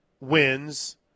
wins